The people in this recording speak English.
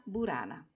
Burana